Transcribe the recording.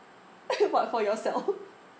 what for yourself